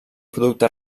producte